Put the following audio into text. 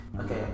okay